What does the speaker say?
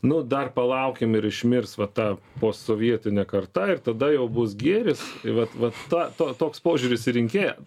nu dar palaukim ir išmirs va ta posovietinė karta ir tada jau bus gėris tai vat vat ta to toks požiūris į rinkėją